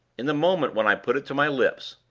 in the moment when i put it to my lips,